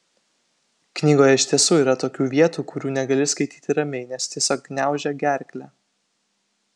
knygoje iš tiesų yra tokių vietų kurių negali skaityti ramiai nes tiesiog gniaužia gerklę